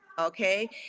Okay